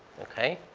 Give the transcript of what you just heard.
okay?